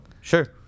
Sure